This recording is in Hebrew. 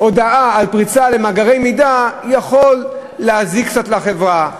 שהודעה על פריצה למאגרי מידע יכולה להזיק קצת לחברה,